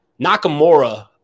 Nakamura